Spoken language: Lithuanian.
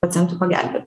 pacientui pagelbėt